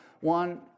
one